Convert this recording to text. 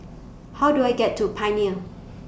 How Do I get to Pioneer